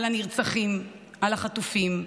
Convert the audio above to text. על הנרצחים, על החטופים,